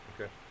Okay